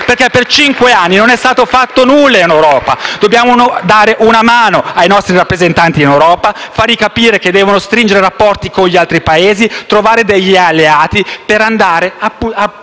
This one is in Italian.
perché per cinque anni non è stato fatto nulla in Europa! Dobbiamo dare una mano ai nostri rappresentanti in Europa, far loro capire che devono stringere rapporti con gli altri Paesi, trovare degli alleati per andare a battere